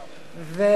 והוא לא נסגר.